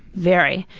very.